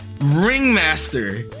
Ringmaster